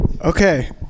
Okay